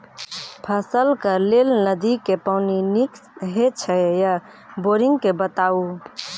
फसलक लेल नदी के पानि नीक हे छै या बोरिंग के बताऊ?